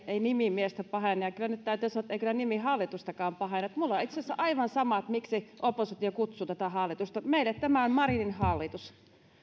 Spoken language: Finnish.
ei nimi miestä pahenna ja kyllä nyt täytyy sanoa että ei kyllä nimi hallitustakaan pahenna minulle on itse asiassa aivan sama miksi oppositio kutsuu tätä hallitusta meille tämä on marinin hallitus